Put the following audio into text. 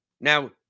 Now